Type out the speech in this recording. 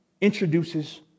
introduces